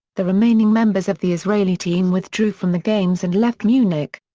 the remaining members of the israeli team withdrew from the games and left munich.